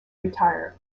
retire